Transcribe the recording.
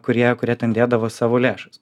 kurie kurie ten dėdavo savo lėšas